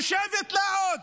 יושבת לה עוד